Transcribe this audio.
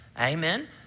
Amen